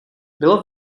bylo